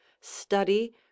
study